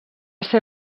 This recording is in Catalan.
ser